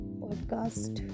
podcast